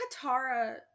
Katara